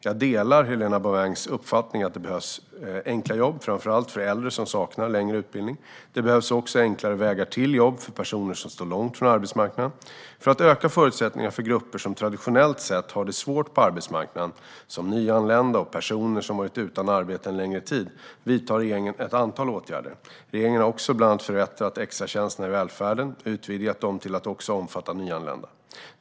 Jag delar Helena Bouvengs uppfattning att det behövs enkla jobb, framför allt för äldre som saknar längre utbildning. Det behövs också enklare vägar till jobb för personer som står långt från arbetsmarknaden. För att öka förutsättningarna för grupper som traditionellt sett har det svårt på arbetsmarknaden, som nyanlända och personer som varit utan arbete en längre tid, vidtar regeringen ett antal åtgärder. Regeringen har bland annat förbättrat extratjänsterna i välfärden och utvidgat dem till att också omfatta nyanlända.